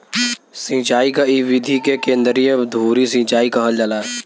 सिंचाई क इ विधि के केंद्रीय धूरी सिंचाई कहल जाला